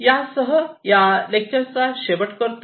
यासह या लेक्चर चा शेवट करतो